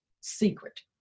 secret